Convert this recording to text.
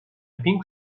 pink